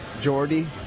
Geordie